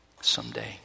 someday